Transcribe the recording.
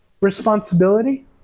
responsibility